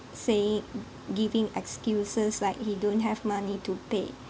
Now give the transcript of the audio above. saying giving excuses like he don't have money to pay